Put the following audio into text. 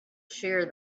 shear